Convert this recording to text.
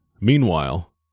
Meanwhile—